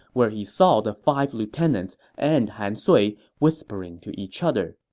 where he saw the five lieutenants and han sui whispering to each other.